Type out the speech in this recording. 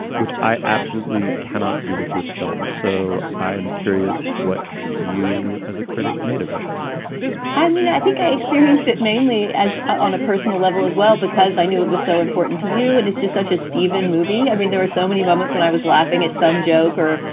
which i absolutely cannot do with this film. so i am curious what you as a critic made of it i mean, i think experienced it mainly as on a personal level as well, because i knew it was so important to you. and it's just such a steven movie. i mean, there were so many moments when i was laughing at some joke or,